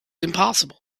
impassable